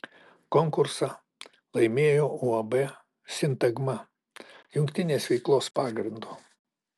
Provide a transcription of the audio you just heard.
konkursą laimėjo uab sintagma jungtinės veiklos pagrindu